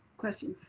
question?